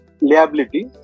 liability